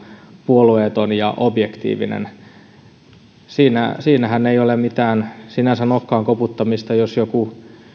puolueeton ja objektiivinen siinähän ei ole sinänsä mitään nokan koputtamista jos joku